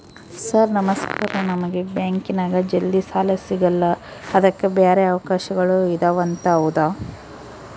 Sir ನಮಸ್ಕಾರ ನಮಗೆ ಬ್ಯಾಂಕಿನ್ಯಾಗ ಜಲ್ದಿ ಸಾಲ ಸಿಗಲ್ಲ ಅದಕ್ಕ ಬ್ಯಾರೆ ಅವಕಾಶಗಳು ಇದವಂತ ಹೌದಾ?